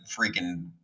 freaking